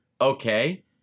okay